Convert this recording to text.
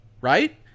right